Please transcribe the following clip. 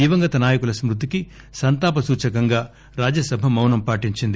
దివంగత నాయకుల స్కృతికి సంతాప సూచికంగా రాజ్యసభ మౌనం పాటించింది